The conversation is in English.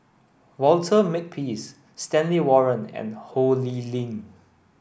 Walter Makepeace Stanley Warren and Ho Lee Ling